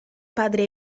padre